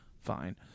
fine